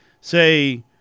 say